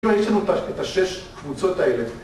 ??? יש לנו את השש קבוצות האלה...